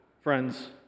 Friends